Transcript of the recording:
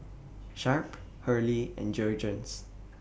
Sharp Hurley and Jergens